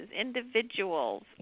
individuals